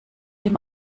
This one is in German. dem